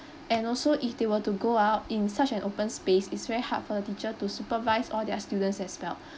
and also if they were to go out in such an open space it's very hard for the teacher to supervise all their students as well